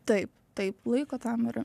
taip taip laiko tam yra